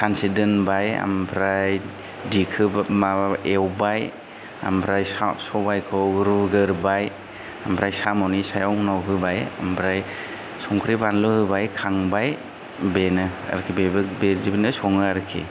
सानसे दोनबाय ओमफ्राय दिखोबा माबा एवबाय आमफ्राय सा सबायखौ रुग्रोबाय ओमफ्राय साम'नि सायाव उनाव होबाय ओमफ्राय संख्रै बानलु होबाय खांबाय बेनो आरोखि बेबो बेबादिनो सङो आरोखि